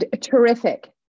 Terrific